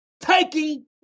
taking